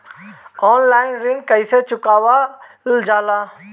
Online ऋण कईसे चुकावल जाला?